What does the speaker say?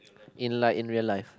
in like in real life